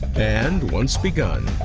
and once begun,